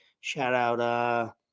Shout-out